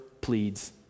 pleads